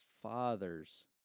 father's